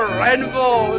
rainbow